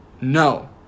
No